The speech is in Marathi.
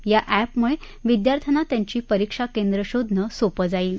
या एपमुळे विद्यार्थ्यांना त्यांची परीक्षा केंद्रं शोधणं सोपं जाईल